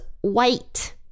white